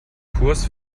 kurs